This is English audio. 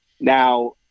now